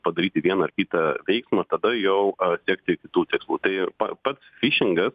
padaryti vieną ar kitą veiksmą tada jau a siekti kitų tikslų tai pa pats fišingas